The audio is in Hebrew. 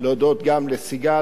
להודות גם לסיגל,